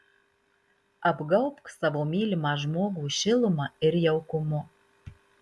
apgaubk savo mylimą žmogų šiluma ir jaukumu